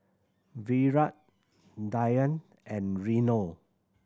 Virat Dhyan and Renu